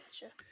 Gotcha